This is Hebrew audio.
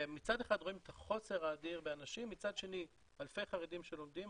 ומצד אחד רואים את החוסר האדיר באנשים ומצד שני אלפי חרדים שלומדים,